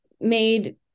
made